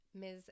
Ms